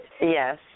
Yes